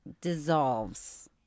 dissolves